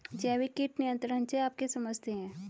जैविक कीट नियंत्रण से आप क्या समझते हैं?